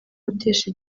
gutesha